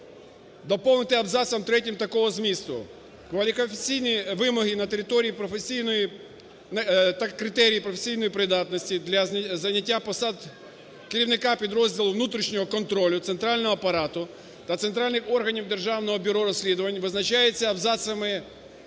Доповнити абзацом третім такого змісту: "Кваліфікаційні вимоги на території професійної… та критерії професійної придатності для зайняття посад керівника підрозділу внутрішнього контролю центрального апарату та центральних органів Державного бюро розслідувань визначається абзацами